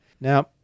Now